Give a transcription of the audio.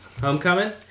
Homecoming